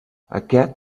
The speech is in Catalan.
aquest